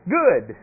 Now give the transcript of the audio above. good